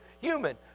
human